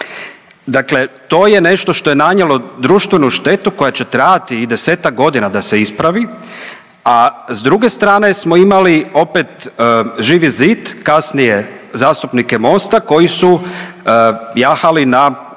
Dakle, to je nešto što je nanijelo društvenu štetu koja će trajati i desetak godina da se ispravi, a s druge strane smo imali opet Živi zid, kasnije zastupnike Mosta koji su jahali na